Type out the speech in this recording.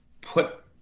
put